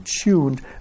Tuned